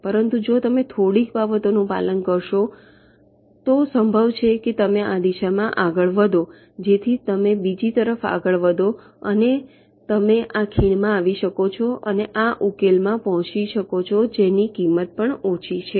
પરંતુ જો તમે થોડીક બાબતોનું પાલન કરો છો તો સંભવ છે કે તમે આ દિશામાં આગળ વધો જેથી તમે બીજી તરફ આગળ વધો અને તમે આ ખીણમાં આવી શકો છો અને આ ઉકેલમાં પહોંચી શકો છો જેની કિંમત પણ ઓછી છે